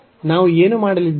ನಾವು ಏನು ಮಾಡಲಿದ್ದೇವೆ